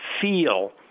feel